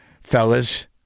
fellas